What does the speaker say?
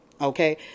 Okay